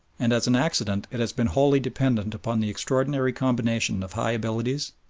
and as an accident it has been wholly dependent upon the extraordinary combination of high abilities,